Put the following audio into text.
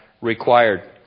required